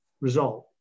result